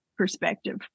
Perspective